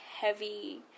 heavy